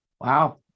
Wow